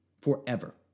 Forever